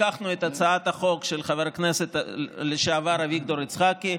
לקחנו את הצעת החוק של חבר הכנסת לשעבר אביגדור יצחקי,